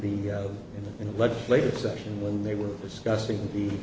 the legislative session when they were discussing the